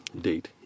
date